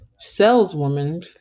saleswoman